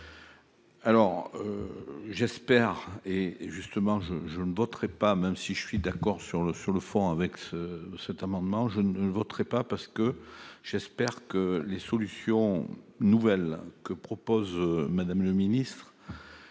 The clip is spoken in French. alors j'espère, et justement je je ne voterai pas, même si je suis d'accord sur le sur le fond avec ce cet amendement, je ne voterai pas parce que j'espère que les solutions nouvelles que propose Madame le Ministre,